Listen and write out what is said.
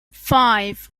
five